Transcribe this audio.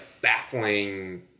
baffling